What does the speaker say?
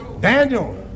Daniel